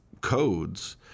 codes